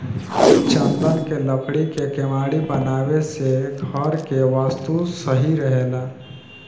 चन्दन के लकड़ी के केवाड़ी बनावे से घर के वस्तु सही रहेला